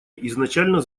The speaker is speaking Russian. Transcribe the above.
изначально